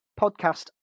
podcast